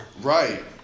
Right